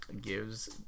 gives